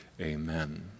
Amen